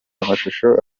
amashusho